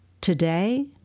Today